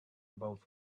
about